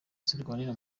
zirwanira